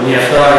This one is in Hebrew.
אדוני השר,